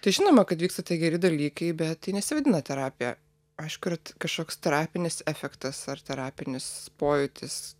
tai žinoma kad vyksta tie geri dalykai bet nesivadina terapija aišku kad kažkoks terapinis efektas ar terapinis pojūtis